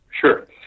Sure